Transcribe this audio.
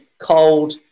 cold